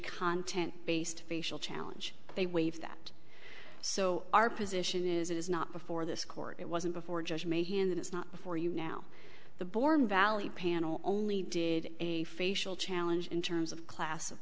content based facial challenge they waive that so our position is it is not before this court it wasn't before judge may hand that it's not before you now the born value panel only did a facial challenge in terms of class